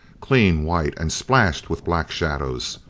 clean white and splashed with black shadows.